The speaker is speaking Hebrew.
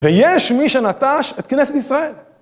ויש מי שנטש את כנסת ישראל.